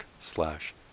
slash